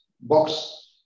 box